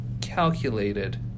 calculated